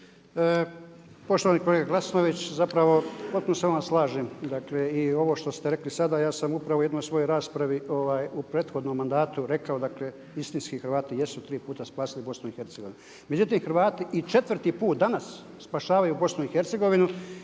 Poštovani kolega Glasnović, zapravo potpuno se s vama slažem. Dakle i ovo što ste rekli sada, ja sam upravo u jednoj svojoj raspravi u prethodnom mandatu rekao, dakle istinski Hrvati jesu tri puta spasili BiH-a. Međutim Hrvati i četvrti put danas spašavaju BiH-a